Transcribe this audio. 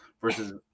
versus